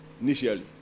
initially